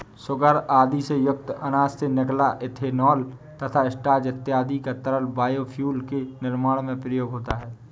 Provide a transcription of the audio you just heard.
sugar आदि से युक्त अनाज से निकला इथेनॉल तथा स्टार्च इत्यादि का तरल बायोफ्यूल के निर्माण में प्रयोग होता है